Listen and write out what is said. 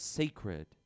sacred